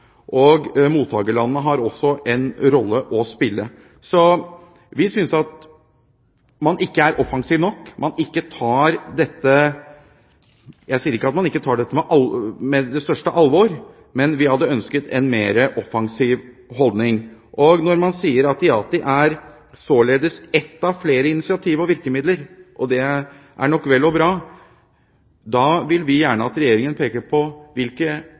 partnerskap. Mottakerlandene har også en rolle å spille. Så vi synes at man ikke er offensiv nok, at man ikke tar dette – jeg sier ikke at man ikke tar det på største alvor, men vi hadde ønsket en mer offensiv holdning. Når man sier at IATI således er «ett av flere initiativ og virkemidler» – og det er nok vel og bra – vil vi gjerne at regjeringen peker på